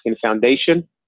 Foundation